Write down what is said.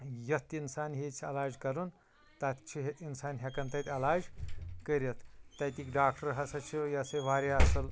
یتھ اِنسان ییٚژھہٕ علاج کَرُن تتھ چھُ ییٚتہِ انسان ہیٚکان تَتہِ علاج کٔرِتھ تتِکۍ ڈاکٹر ہَسا چھِ یہِ ہَسا یہِ واریاہ اصٕل